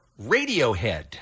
Radiohead